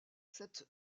cette